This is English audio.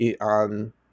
on